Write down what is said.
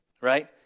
right